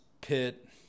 Pitt